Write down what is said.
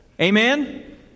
Amen